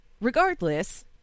Regardless